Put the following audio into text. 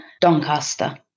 Doncaster